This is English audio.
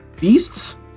beasts